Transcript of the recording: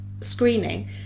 screening